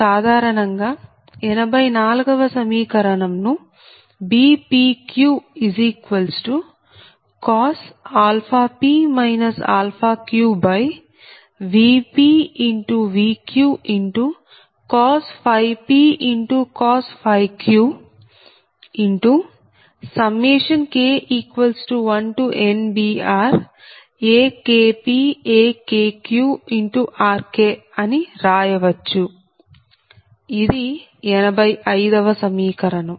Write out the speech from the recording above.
సాధారణంగా 84 వ సమీకరణం ను Bpq p q VpVq p q K1NBRAKpAKqRK అని రాయవచ్చు ఇది 85 వ సమీకరణం